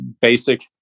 basic